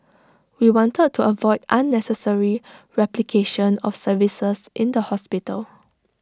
we wanted to avoid unnecessary replication of services in the hospital